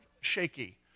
shaky